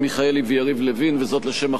וזאת לשם הכנתה לקריאה ראשונה.